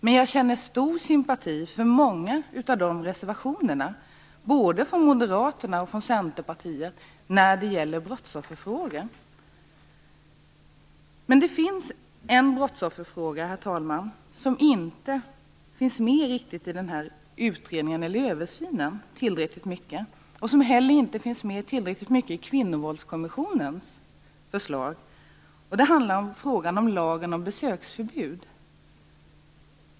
Men jag känner stor sympati för många av de reservationer från både moderaterna och centerpartiet som gäller brottsofferfrågor. Men det finns en brottsofferfråga, herr talman, som inte behandlas tillräckligt mycket i översynen och inte heller i kvinnovåldskommissionens förslag. Det handlar om frågan om lagen om besöksförbud.